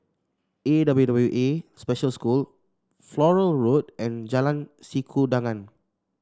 A W W A Special School Flora Road and Jalan Sikudangan